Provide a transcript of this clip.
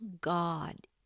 God